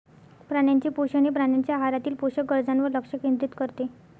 प्राण्यांचे पोषण हे प्राण्यांच्या आहारातील पोषक गरजांवर लक्ष केंद्रित करते